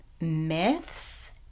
myths